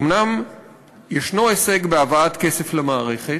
אומנם יש הישג בהבאת כסף למערכת,